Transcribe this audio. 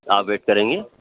آپ ویٹ کریں گے